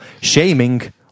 shaming